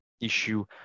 issue